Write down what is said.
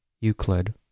Euclid